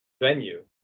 venue